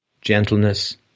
Gentleness